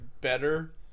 better